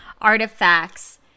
artifacts